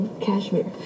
Cashmere